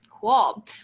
cool